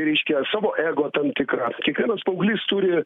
reiškia savo ego tam tikrą kiekvienas paauglys turi